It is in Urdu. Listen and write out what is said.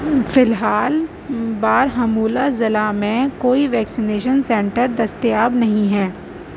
فی الحال بارہمولہ ضلع میں کوئی ویکسینیشن سنٹر دستیاب نہیں ہے